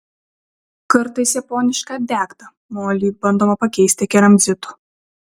kartais japonišką degtą molį bandoma pakeisti keramzitu